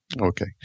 Okay